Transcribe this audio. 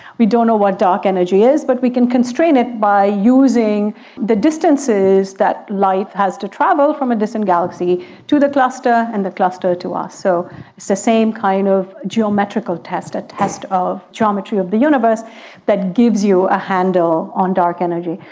we don't know what dark energy is but we can constrain it by using the distances that light has to travel from a distant galaxy to the cluster and the cluster to us. so it's the so same kind of geometrical test, a test of geometry of the universe that gives you a handle on dark energy.